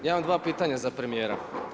Ja imam dva pitanja za premijera.